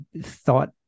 thought